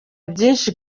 byinshi